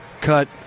cut